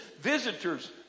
Visitors